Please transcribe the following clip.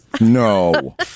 No